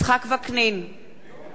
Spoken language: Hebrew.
נגד נסים זאב,